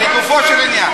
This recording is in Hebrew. לגופו של עניין, מה אתה אומר.